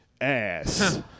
ass